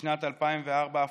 בשנת 2004 אף